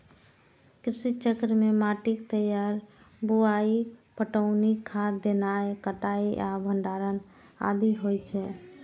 कृषि चक्र मे माटिक तैयारी, बुआई, पटौनी, खाद देनाय, कटाइ आ भंडारण आदि होइ छै